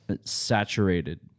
saturated